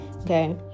okay